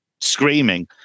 screaming